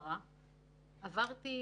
יש קבינט בישראל,